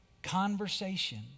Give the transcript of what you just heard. conversation